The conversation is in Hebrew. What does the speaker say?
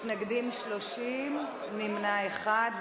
מתנגדים, 30, נמנע אחד.